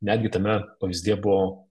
netgi tame pavyzdyje buvo